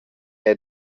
era